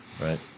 Right